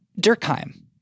Durkheim